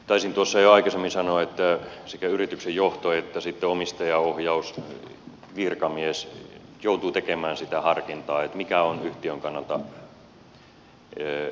taisin tuossa jo aikaisemmin sanoa että sekä yrityksen johto että omistajaohjausvirkamies joutuvat tekemään sitä harkintaa että mikä on yhtiön kannalta viisasta